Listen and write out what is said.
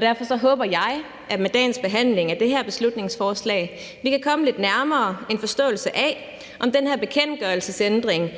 Derfor håber jeg med dagens behandling af det her beslutningsforslag, at vi kan komme lidt nærmere en forståelse af, om den her bekendtgørelsesændring